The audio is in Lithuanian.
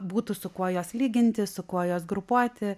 būtų su kuo juos lyginti su kuo juos grupuoti